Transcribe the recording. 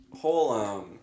whole